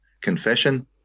confession